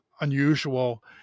unusual